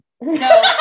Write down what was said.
No